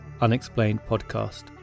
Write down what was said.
unexplainedpodcast